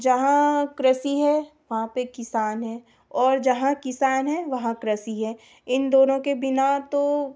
जहाँ कृषि है वहाँ पर किसान है और जहाँ किसान है वहाँ कृषि है इन दोनों के बिना तो